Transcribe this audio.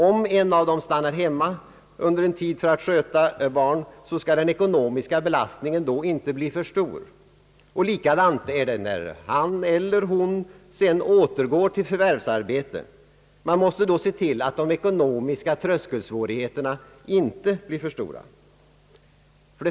Om en av dem stannar hemma under en tid för att sköta barn, skall den ekonomiska belastningen inte bli för stor. Likadant är det när han eller hon sedan återgår till förvärvsarbetet. Man måste då se till att de ekonomiska tröskelsvårigheterna inte blir för stora.